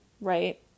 Right